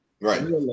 Right